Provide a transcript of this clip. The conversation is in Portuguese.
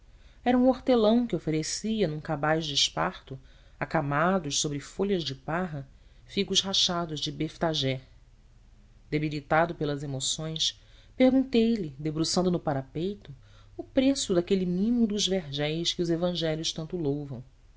era um hortelão que oferecia num cabaz de esparto acamados sobre folhas de parra figos rachados de betfagé debilitado pelas emoções perguntei-lhe debruçado no parapeito o preço daquele mimo dos vergéis que os evangelhos tanto louvam